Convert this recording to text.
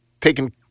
taking